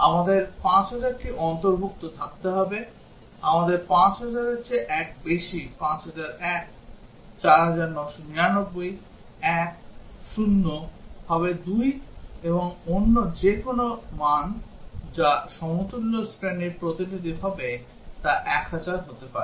আমাদের 5000 টি অন্তর্ভুক্ত থাকতে হবে আমাদের 5000 এর চেয়ে এক বেশি 5001 4999 1 0 হবে দুই এবং অন্য যে কোনও মান যা সমতুল্য শ্রেণীর প্রতিনিধি হবে তা 1000 হতে পারে